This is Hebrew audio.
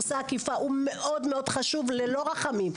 אני חושבת שנושא האכיפה הוא מאוד מאוד חשוב וללא רחמים.